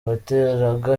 bateraga